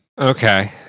Okay